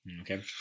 Okay